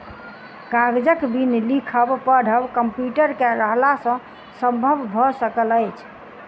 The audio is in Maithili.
कागजक बिन लिखब पढ़ब कम्प्यूटर के रहला सॅ संभव भ सकल अछि